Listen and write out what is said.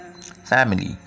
Family